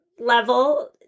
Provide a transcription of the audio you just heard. Level